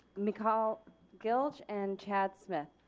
mykcal gilge and chad smith.